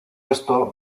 esto